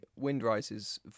Windrises